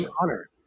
honor